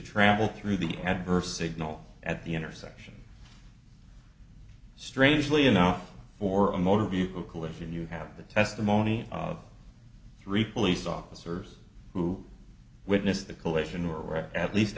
travel through the at her signal at the intersection strangely enough for a motor vehicle collision you have the testimony of three police officers who witnessed the collision or at least